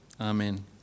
Amen